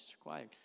required